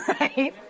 right